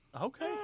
Okay